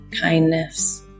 kindness